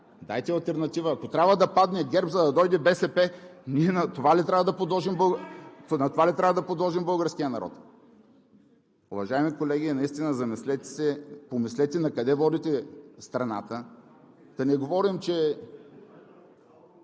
Дайте алтернатива! Ако трябва да падне ГЕРБ, за да дойде БСП, ние на това ли трябва да подложим българския народ? (Реплики от „БСП за България“.) Уважаеми колеги, наистина замислете се, помислете накъде водите страната, да не говорим, че